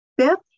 Fifth